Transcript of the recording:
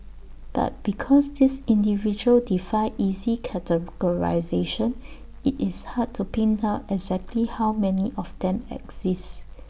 but because these individuals defy easy categorisation IT is hard to pin down exactly how many of them exist